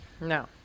No